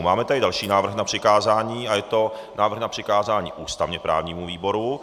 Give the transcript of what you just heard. Máme tady další návrh na přikázání a je to návrh na přikázání ústavněprávnímu výboru.